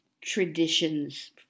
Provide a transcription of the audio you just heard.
traditions